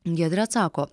giedrė atsako